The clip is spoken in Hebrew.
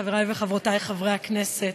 חברי וחברותי חברי הכנסת,